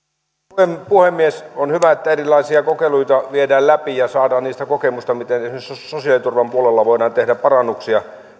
arvoisa puhemies on hyvä että erilaisia kokeiluita viedään läpi ja saadaan niistä kokemusta miten esimerkiksi sosiaaliturvan puolella voidaan tehdä parannuksia